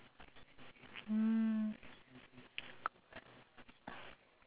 but sometimes wanton noodle wanton noodle sometimes they cook